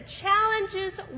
challenges